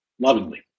lovingly